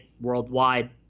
worldwide